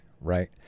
right